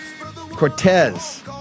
Cortez